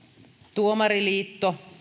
tuomariliitto